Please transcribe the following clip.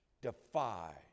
defy